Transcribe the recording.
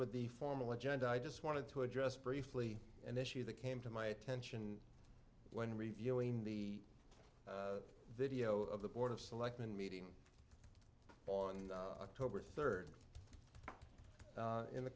with the formal agenda i just wanted to address briefly and issue that came to my attention when reviewing the video of the board of selectmen meeting on october third in the